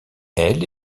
elle